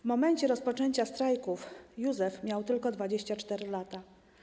W momencie rozpoczęcia strajków Józef miał tylko 24 lata.